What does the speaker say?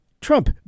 Trump